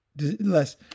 less